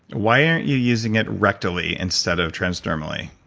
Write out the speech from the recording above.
why aren't you using it rectally instead of transdermally?